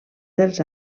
dels